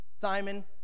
Simon